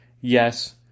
Yes